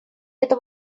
это